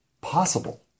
possible